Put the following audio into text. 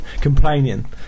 complaining